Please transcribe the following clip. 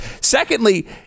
Secondly